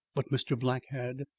but mr. black had,